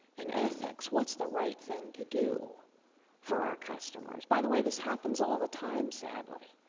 and ethics. what's the right thing to do for our customers? by the way this happens all the time, sadly.